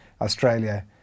Australia